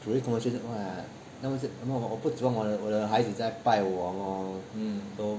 on this conversation 什么我不喜欢我的我的孩子在拜我 so